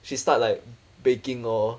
she start like baking lor